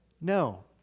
No